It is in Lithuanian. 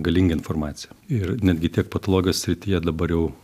galingą informaciją ir netgi tiek patologijos srityje dabar jau